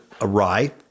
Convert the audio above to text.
awry